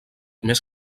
més